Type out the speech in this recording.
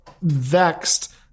vexed